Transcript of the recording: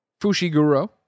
Fushiguro